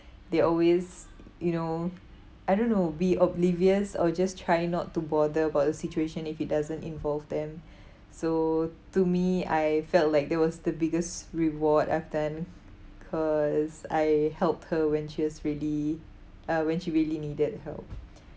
they always you know I don't know be oblivious or just try not to bother about the situation if it doesn't involve them so to me I felt like that was the biggest reward I've done cause I helped her when she was really uh when she really needed help